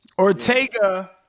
Ortega